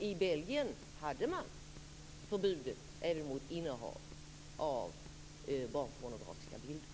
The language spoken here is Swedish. I Belgien hade man nämligen förbudet mot innehav av barnpornografiska bilder.